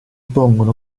pongono